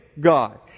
God